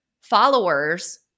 followers